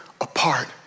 apart